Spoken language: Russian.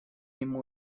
ним